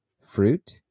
Fruit